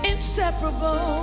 Inseparable